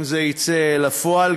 אם זה יצא אל הפועל.